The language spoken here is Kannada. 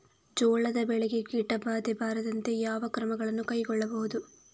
ಜೋಳದ ಬೆಳೆಗೆ ಕೀಟಬಾಧೆ ಬಾರದಂತೆ ಯಾವ ಕ್ರಮಗಳನ್ನು ಕೈಗೊಳ್ಳಬಹುದು?